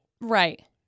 Right